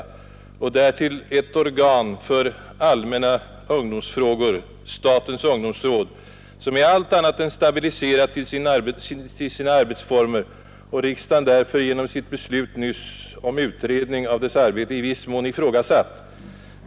Därtill har vi ett organ för allmänna ungdomsfrågor, statens ungdomsråd, som emellertid är allt annat än stabiliserat till sina arbetsformer och uppgifter och som riksdagen därför genom sitt beslut nyss om utredning av dess arbete i viss mån har ifrågasatt.